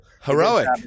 heroic